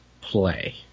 play